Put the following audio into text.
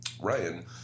Ryan